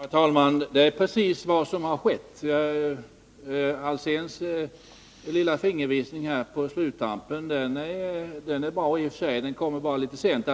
Herr talman! Det är precis vad som har skett. Hans Alséns lilla fingervisning på sluttampen är bra i och för sig. Den kommer bara litet sent,